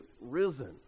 risen